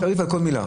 יש תעריף על כל מילה.